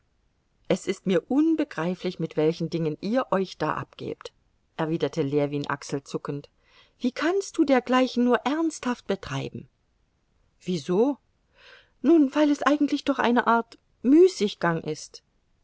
es ist mir unbegreiflich mit welchen dingen ihr euch da abgebt erwiderte ljewin achselzuckend wie kannst du dergleichen nur ernsthaft betreiben wieso nun weil es eigentlich doch eine art müßiggang ist